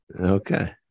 Okay